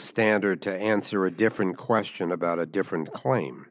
standard to answer a different question about a different claim